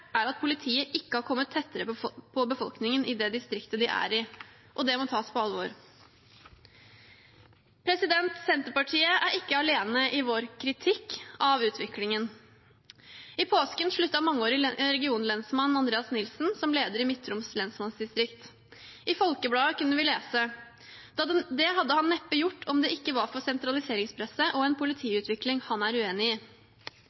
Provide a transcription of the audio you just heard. er at politiet ikke har kommet tettere på befolkningen i det distriktet de er i. Og det må tas på alvor.» Senterpartiet er ikke alene i vår kritikk av utviklingen. I påsken sluttet mangeårig regionlensmann Andreas Nilsen som leder i Midt-Troms lensmannsdistrikt. I Folkebladet kunne vi lese: «Det hadde han neppe gjort om det ikke var for sentraliseringspresset og ei politiutvikling han slett ikke er enig i.»